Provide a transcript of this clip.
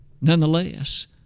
Nonetheless